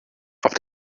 auf